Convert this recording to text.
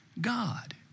God